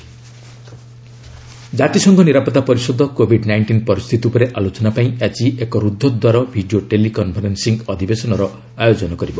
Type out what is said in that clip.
UN SC ଜାତିସଂଘ ନିରାପତ୍ତା ପରିଷଦ କୋଭିଡ୍ ନାଇଣ୍ଟିନ୍ ପରିସ୍ଥିତି ଉପରେ ଆଲୋଚନା ପାଇଁ ଆଜି ଏକ ରୁଦ୍ଧଦ୍ୱାରା ଭିଡ଼ିଓ ଟେଲି କନ୍ଫରେନ୍ସିଂ ଅଧିବେଶନର ଆୟୋଜିନ କରିବ